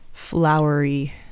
flowery